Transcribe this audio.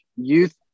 youth